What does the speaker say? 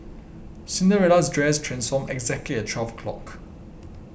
Cinderella's dress transformed exactly at twelve o'clock